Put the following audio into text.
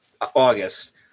August